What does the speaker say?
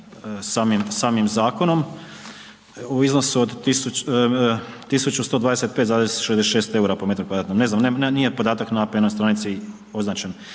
samim zakonom u iznosu od 1.125,66 EUR-a po m2, ne znam nije podatak na APN-ovoj stranici označen.